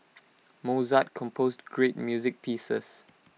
Mozart composed great music pieces